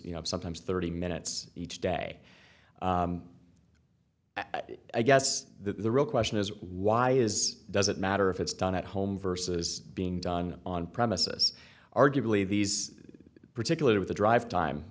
you know sometimes thirty minutes each day i guess the real question is why is does it matter if it's done at home versus being done on premises arguably these particular with the drive